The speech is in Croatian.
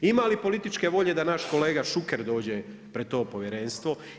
Ima li političke volje da naš kolega Šuker dođe pred to povjerenstvo?